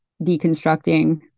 deconstructing